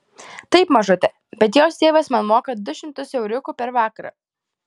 taip mažute bet jos tėvas man moka du šimtus euriukų per vakarą